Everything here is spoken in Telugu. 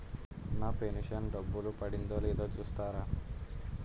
నా పెను షన్ డబ్బులు పడిందో లేదో చూస్తారా?